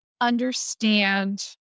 understand